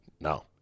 No